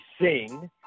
sing